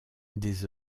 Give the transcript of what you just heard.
des